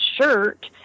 shirt